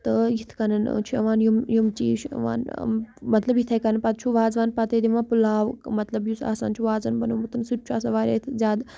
تہٕ یِتھ کَٔنۍ چھُ یِوان یِم یِم چیٖز چھُ یِوان مطلب یِتھَے کٔنۍ پَتہٕ چھُ وازوان پَتَے دِوان پُلاو مطلب یُس آسان چھُ وازَن بَنوومُت سُہ تہِ آسان واریاہ زیادٕ